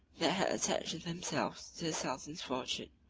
that had attached themselves to the sultan's fortune.